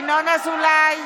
(קוראת בשמות חברי הכנסת) ינון אזולאי,